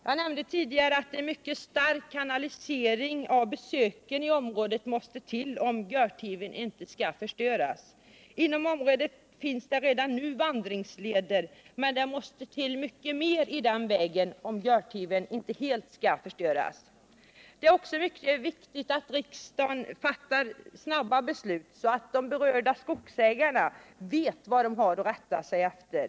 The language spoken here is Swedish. Jag nämnde tidigare att en mycket stark kanalisering av besöken i området måste till, om Görtiven inte skall förstöras. Inom området finns redan nu vandringsleder, men det måste till mycket mer i den vägen om Görtiven inte helt skall förstöras. Det är också mycket viktigt att riksdagen snabbt fattar beslut, så att berörda skogsägare vet vad de har att rätta sig efter.